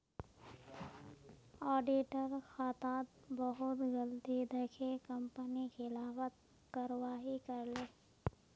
auditor खातात बहुत गलती दखे कंपनी खिलाफत कारवाही करले